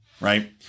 right